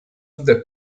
the